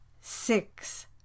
Six